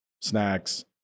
snacks